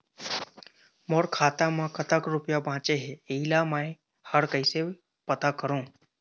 मोर खाता म कतक रुपया बांचे हे, इला मैं हर कैसे पता करों?